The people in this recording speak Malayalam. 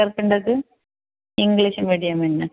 ചേർക്കേണ്ടത് ഇംഗ്ലീഷ് മീഡിയമാണൊ